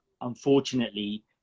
unfortunately